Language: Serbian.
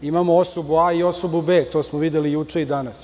Imamo osobu A i osobu B. To smo videli i juče i danas.